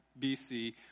BC